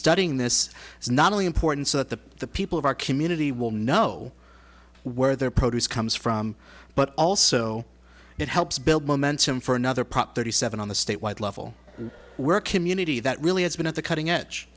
studying this is not only important to the people of our community will know where their produce comes from but also it helps build momentum for another prop thirty seven on the statewide level were community that really has been at the cutting edge